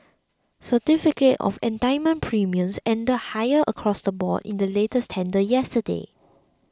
certificate of entitlement premiums ended higher across the board in the latest tender yesterday